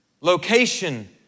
location